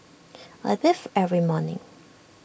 I bathe every morning